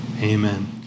Amen